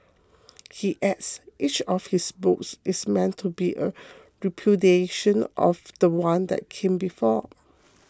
he adds each of his books is meant to be a repudiation of the one that came before